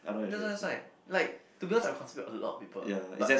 that's why that's why to be honest I am comfortable with a lot of people but